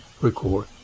record